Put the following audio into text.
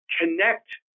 connect